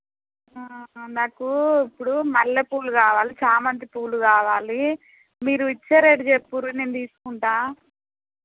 నాకు ఇప్పుడు మల్లెపూలు కావాలి చామంతి పూలు కావాలి మీరు ఇచ్చే రేట్ చెప్పుర్రి నేను తీసుకుంటాను